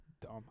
dumb